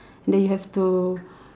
then you have to